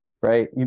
right